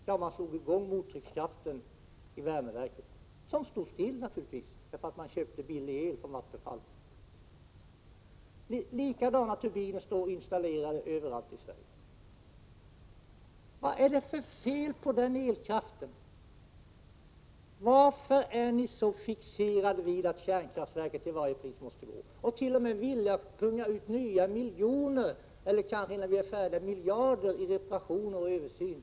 Jo man slog i gång mottryckskraften i värmekraftverket, som naturligtvis stod still, eftersom man i stället köpte billig el från Vattenfall. Likadana turbiner som de i Uppsala finns installerade överallt i Sverige. Vad är det för fel på den elkraften? Varför är ni så fixerade vid att kärnkraftverken till varje pris måste — Prot. 1987/88:42 gå? villiga att punga ut med nya miljoner, eller kanske miljarder 10 december 1987 innan vi är färdiga, på reparationer och översyner.